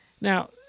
Now